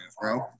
bro